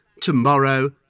tomorrow